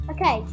Okay